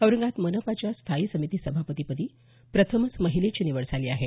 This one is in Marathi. औरंगाबाद मनपाच्या स्थायी समिती सभापतीपदी प्रथमच महिलेची निवड झाली आहे